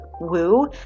Woo